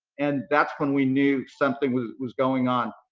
and that's when we knew something was was going on.